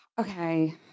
okay